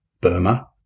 Burma